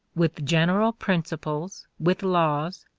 with general principles, with laws,